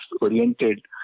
oriented